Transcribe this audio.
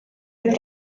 oedd